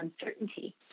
uncertainty